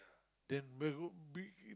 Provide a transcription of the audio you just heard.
then bedroom big